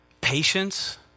patience